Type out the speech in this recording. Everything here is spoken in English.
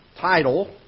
title